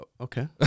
Okay